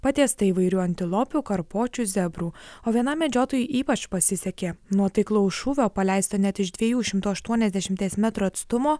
patiesta įvairių antilopių karpočių zebrų o vienam medžiotojui ypač pasisekė nuo taiklaus šūvio paleistonet iš dviejų šimtų aštuoniasdešimties metrų atstumo